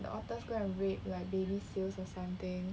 the otters go and rape like baby seals or something